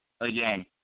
Again